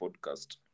podcast